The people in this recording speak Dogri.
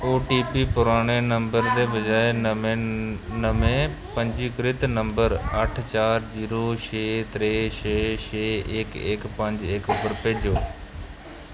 ओटीपी पराने नंबर दे बजाए नमें नमें पंजीकृत नंबर अट्ठ चार जीरो छे त्रै छे छे इक इक पंज इक पर भेजो